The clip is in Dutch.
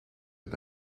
het